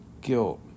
guilt